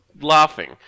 laughing